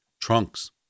trunks